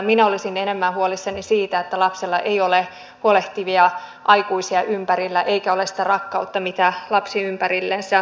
minä olisin enemmän huolissani siitä että lapsella ei ole huolehtivia aikuisia ympärillä eikä ole sitä rakkautta mitä lapsi ympärillensä tarvitsee